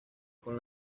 con